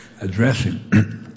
addressing